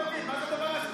אני לא מבין, מה זה הדבר הזה?